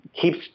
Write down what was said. keeps